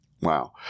Wow